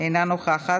אינה נוכחת,